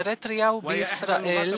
באריתריאה ובישראל.